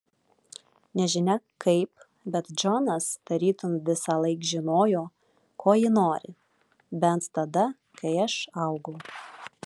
nežinia kaip bet džonas tarytum visąlaik žinojo ko ji nori bent tada kai aš augau